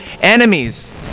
enemies